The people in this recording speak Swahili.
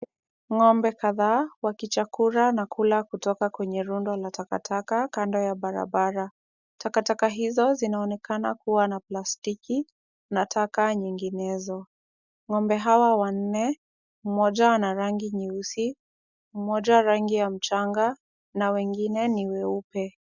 Ngombe kadaa wakichakura na kula kwenye rundo la takataka kando ya barabara. Takataka hizo zinaonekana kuwa na plastiki na taka nyinginezo. Ngombe hawa wanne moja ana rangi nyeusi, moja rangi ya mchanga, na wengine ni weupe.